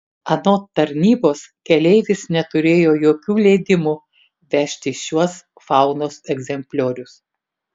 anot tarnybos keleivis neturėjo jokių leidimų vežti šiuos faunos egzempliorius